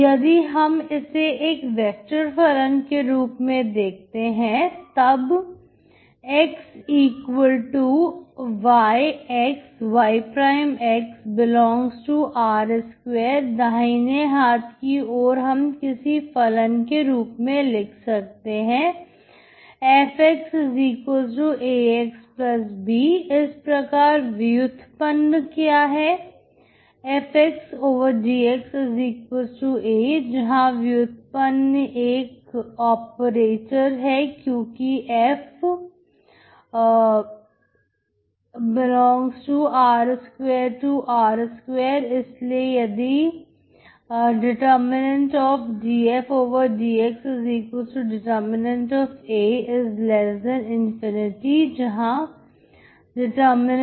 यदि हम इसे एक वेक्टर फलन के रूप में देखते हैं तब Xyx y R2 दाहिने हाथ की ओर हम किसी फलन के रूप में लिख सकते हैं FXAXB इस प्रकार व्युत्पन्न क्या है dFdXA जहां व्युत्पन्न एक ऑपरेटर है क्योंकि FR2R2 इसलिए यदि dFdXA∞ जहां